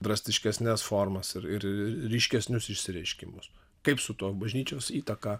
drastiškesnes formas ir ir ryškesnius išsireiškimus kaip su tuo bažnyčios įtaka